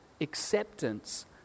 acceptance